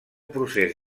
procés